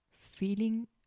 feeling